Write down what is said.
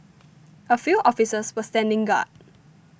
a few officers were standing guard